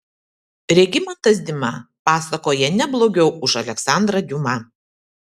regimantas dima pasakoja ne blogiau už aleksandrą diuma